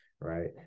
Right